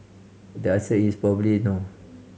the answer is probably no